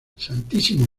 santísimo